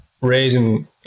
raising